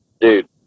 dude